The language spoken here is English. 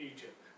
Egypt